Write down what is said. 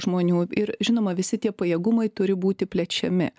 žmonių ir žinoma visi tie pajėgumai turi būti plečiami